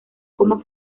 como